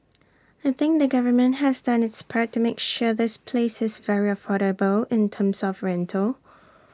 I think the government has done its part to make sure this place is very affordable in terms of rental